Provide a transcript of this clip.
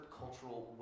cultural